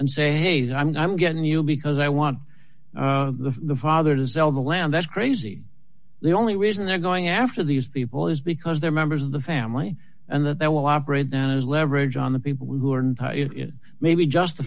and say hey i'm getting you because i want the father does own the land that's crazy the only reason they're going after these people is because they're members of the family and that they will operate that as leverage on the people who are maybe just the